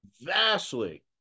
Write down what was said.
vastly